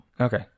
Okay